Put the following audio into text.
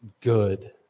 good